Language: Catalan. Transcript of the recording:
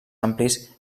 amplis